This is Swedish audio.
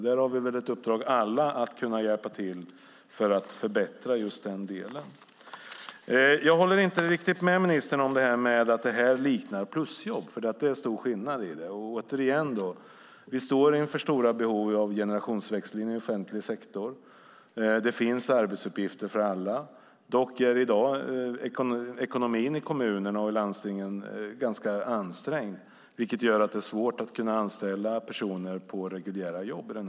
Vi har väl alla ett uppdrag att hjälpa till för att förbättra just den delen. Jag håller inte riktigt med ministern om att det här liknar plusjobb. Det är stor skillnad. Vi står inför stora behov av generationsväxling i offentlig sektor. Det finns arbetsuppgifter för alla. Dock är ekonomin i kommunerna och i landstingen ganska ansträngd i dag, vilket gör att det är svårt att anställa personer i reguljära jobb.